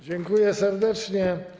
Dziękuję serdecznie.